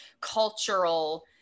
cultural